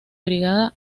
brigada